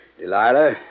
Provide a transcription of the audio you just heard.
Delilah